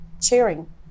cheering